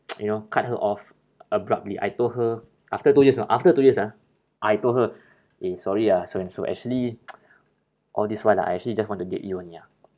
you know cut her off abruptly I told her after two years know after two years ah I told her eh sorry ah so and so actually all this while ah I actually just want to date you only ah